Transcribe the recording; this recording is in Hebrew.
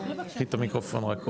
אנחנו